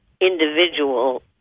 individual